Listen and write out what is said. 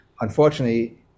Unfortunately